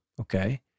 okay